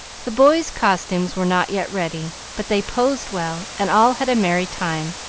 the boys' costumes were not yet ready, but they posed well, and all had a merry time,